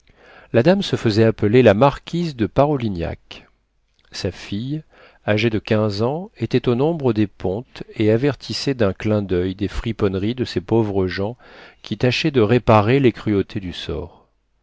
la dame se fesait appeler la marquise de parolignac sa fille âgée de quinze ans était au nombre des pontes et avertissait d'un clin d'oeil des friponneries de ces pauvres gens qui tâchaient de réparer les cruautés du sort